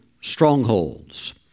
strongholds